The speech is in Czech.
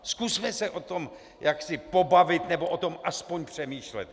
Zkusme se o tom jaksi pobavit nebo o tom aspoň přemýšlet.